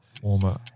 former